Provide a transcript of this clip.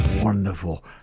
wonderful